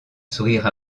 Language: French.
sourire